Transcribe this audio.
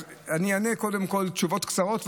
אני אענה קודם כול תשובות קצרות,